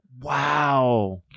Wow